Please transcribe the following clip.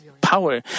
power